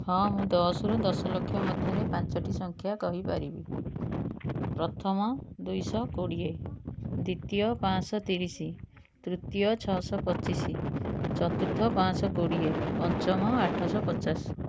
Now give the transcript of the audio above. ହଁ ମୁଁ ଦଶରୁ ଦଶ ଲକ୍ଷ ମଧ୍ୟରେ ପାଞ୍ଚଟି ସଂଖ୍ୟା କହିପାରିବି ପ୍ରଥମ ଦୁଇଶହ କୋଡ଼ିଏ ଦ୍ୱିତୀୟ ପାଂଶହ ତିରିଶ ତୃତୀୟ ଛଅଶହ ପଚିଶ ଚତୁର୍ଥ ପାଂଶହ କୋଡ଼ିଏ ପଞ୍ଚମ ଆଠଶହ ପଚାଶ